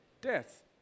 death